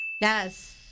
Yes